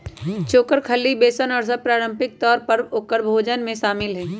चोकर, खल्ली, बेसन और सब पारम्परिक तौर पर औकर भोजन में शामिल हई